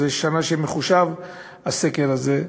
שזו השנה שבה מחושב הסקר הזה,